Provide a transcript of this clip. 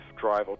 drive